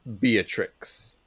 Beatrix